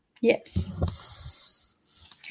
Yes